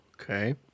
Okay